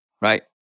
right